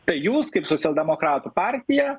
tai jūs kaip socialdemokratų partija